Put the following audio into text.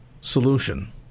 solution